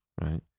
right